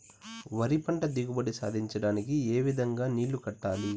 వరి పంట దిగుబడి సాధించడానికి, ఏ విధంగా నీళ్లు కట్టాలి?